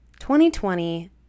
2020